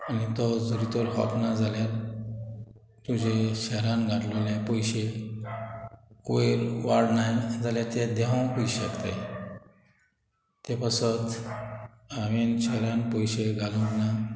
आनी तो जरी तर खॉपना जाल्यार तुजे शहरान घातलेले पयशे वयर वाडना जाल्यार ते देंव पय शकताय ते पासत हांवेन शहरान पयशे घालूंक ना